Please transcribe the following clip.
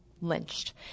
lynched